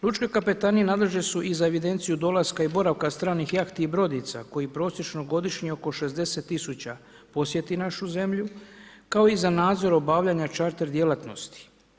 Lučke kapetanije nadležne su i za evidenciju dolaska i boravka stranih jahti i brodica koji prosječno godišnje oko 60 000 posjeti našu zemlju, kao i za nadzor obavljanja čarter djelatnosti.